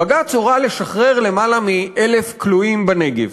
בג"ץ הורה לשחרר למעלה מ-1,000 כלואים בנגב,